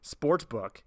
sportsbook